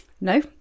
No